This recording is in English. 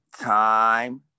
time